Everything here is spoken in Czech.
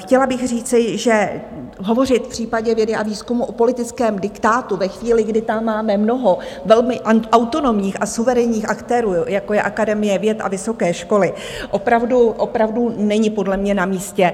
Chtěla bych říci, že hovořit v případě vědy a výzkumu o politickém diktátu ve chvíli, kdy tam máme mnoho velmi autonomních a suverénních aktérů, jako je Akademie věd a vysoké školy, opravdu není podle mě namístě.